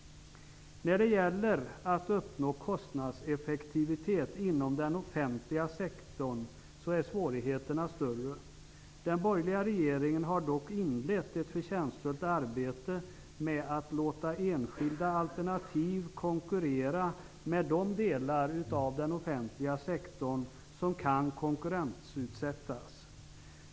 När det gäller att uppnå kostnadseffektivitet inom den offentliga sektorn är svårigheterna större. Den borgerliga regeringen har dock inlett ett förtjänstfullt arbete med att låta enskilda alternativ konkurrera med de delar av den offentliga sektorn som kan konkurrensutsättas.